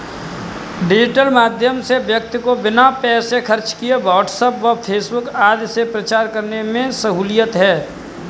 digital माध्यम से व्यक्ति को बिना पैसे खर्च किए व्हाट्सएप व फेसबुक आदि से प्रचार करने में सहूलियत है